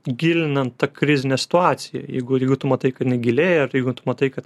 gilinant tą krizinę situaciją jeigu jeigu tu matai kad jinai gilėja ir jeigu tu matai kad